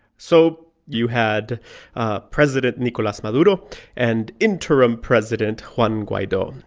so you had ah president nicolas maduro and interim president juan guaido.